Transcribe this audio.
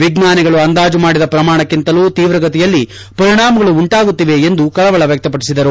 ವಿಜ್ಞಾನಿಗಳು ಅಂದಾಜು ಮಾಡಿದ ಪ್ರಮಾಣಕ್ಕಿಂತಲೂ ತೀವ್ರಗತಿಯಲ್ಲಿ ಪರಿಣಾಮಗಳು ಉಂಟಾಗುತ್ತಿವೆ ಎಂದು ಕಳವಳ ವ್ಲಕ್ತಪಡಿಸಿದರು